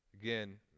Again